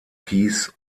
kies